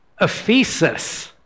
Ephesus